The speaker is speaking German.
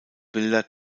bilder